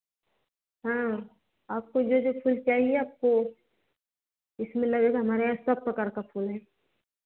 आपको जो जो फूल चाहिए आपको इसमें लगना हमारे यहाँ सब प्रकार का फूल है